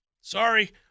Sorry